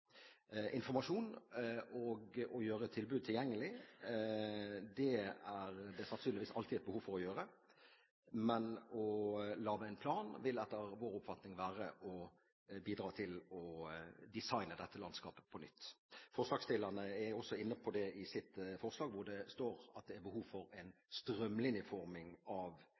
Informasjon og å gjøre tilbud tilgjengelig er det sannsynligvis alltid behov for. Men å lage en plan vil etter vår oppfatning være å bidra til å designe dette landskapet på nytt. Forslagsstillerne er også inne på det i sitt forslag, hvor det står at det er behov for en «strømlinjeforming» av